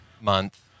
Month